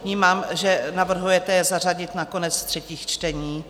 Vnímám, že je navrhujete zařadit na konec třetích čtení.